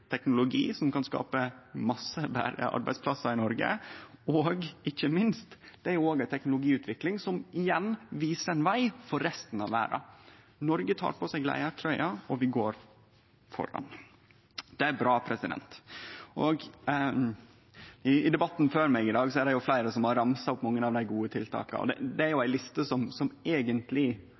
teknologi som kan skape masse arbeidsplassar i Noreg, og det er ikkje minst ei teknologiutvikling som igjen viser veg for resten av verda. Noreg tek på seg leiartrøya, og vi går føre. Det er bra. Før meg i debatten i dag er det fleire som har ramsa opp mange av dei gode tiltaka. Det som er viktig med den lista, er at det òg er mange punkt som